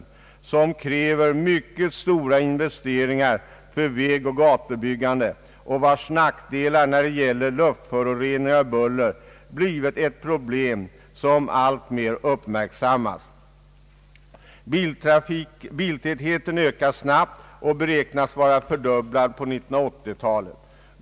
Detta kräver mycket stora investeringar i vägoch gatubyggande, och nackdelarna i fråga om luftföroreningar och buller har blivit ett problem som alltmer uppmärksammas. Biltätheten ökar snabbt, och den beräknas vara fördubblad på 1980-talet.